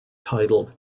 titled